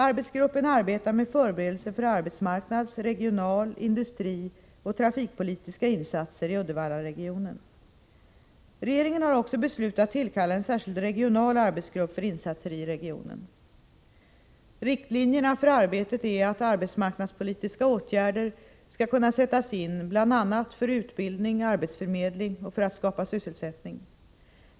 Arbetsgruppen arbetar med förberedelser för arbetsmarknads-, regional-, industrioch trafikpolitiska insatser i Uddevallaregionen. Regeringen har också beslutat tillkalla en särskild regional arbetsgrupp för insatser i regionen. Riktlinjerna för arbetet är att arbetsmarknadspolitiska åtgärder skall kunna sättas in bl.a. för utbildning, arbetsförmedling och för att skapa sysselsättning.